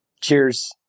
Cheers